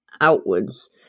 outwards